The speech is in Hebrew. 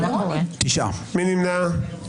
מי נמנע?